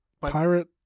Pirate